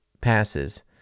passes